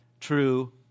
True